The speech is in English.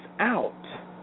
out